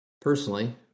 personally